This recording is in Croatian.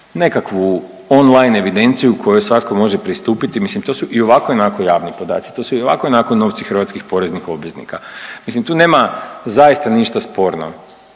Nekakvu on-line evidenciju kojoj svatko može pristupiti. Mislim to su i ovako i onako javni podaci, to su i ovako i onako novci hrvatskih poreznih obveznika. Mislim tu nema zaista ništa sporno.